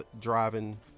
driving